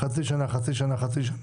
חצי שנה כפול שלוש.